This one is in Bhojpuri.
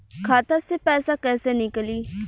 खाता से पैसा कैसे नीकली?